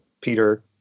Peter